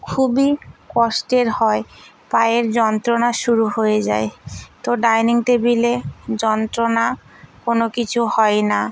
খুবই কষ্টের হয় পায়ের যন্ত্রণা শুরু হয়ে যায় তো ডাইনিং টেবিলে যন্ত্রণা কোনো কিছু হয় না